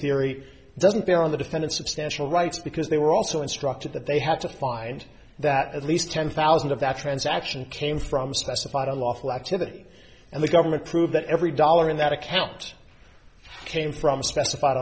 theory doesn't bear on the defendant substantial rights because they were also instructed that they have to find that at least ten thousand of that transaction came from specified a lawful activity and the government prove that every dollar in that account came from specified